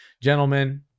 Gentlemen